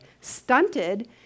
stunted